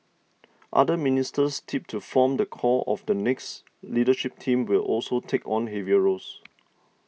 other ministers tipped to form the core of the next leadership team will also take on heavier roles